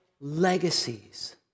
legacies